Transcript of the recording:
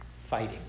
fighting